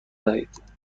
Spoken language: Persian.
دهید